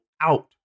out